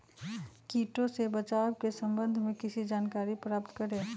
किटो से बचाव के सम्वन्ध में किसी जानकारी प्राप्त करें?